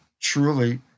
truly